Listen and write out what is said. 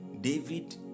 David